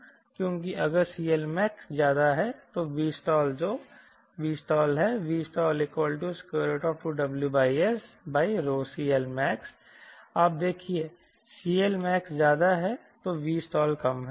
क्योंकि अगर CLMax ज्यादा है तो Vstall जो VStall2WSCLmax आप देखिये CLMax ज्यादा है तो Vstall कम है